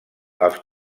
els